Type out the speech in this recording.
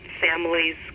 families